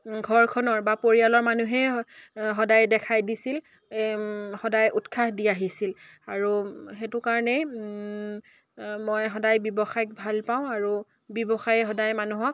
ঘৰখনৰ বা পৰিয়ালৰ মানুহেই সদায় দেখাই দিছিল সদায় উৎসাহ দি আহিছিল আৰু সেইটো কাৰণেই মই সদায় ব্যৱসায়ক ভাল পাওঁ আৰু ব্যৱসায়ে সদায় মানুহক